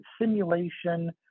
simulation